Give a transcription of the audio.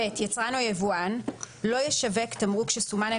(ב) יצרן או יבואן לא ישווק תמרוק שסומן על